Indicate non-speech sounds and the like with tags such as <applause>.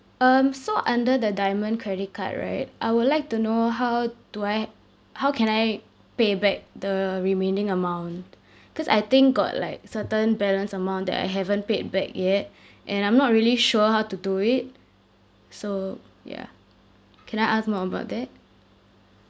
um so under the diamond credit card right I would like to know how do I how can I pay back the remaining amount cause I think got like certain balance amount that I haven't paid back yet and I'm not really sure how to do it so ya <noise> can I ask more about that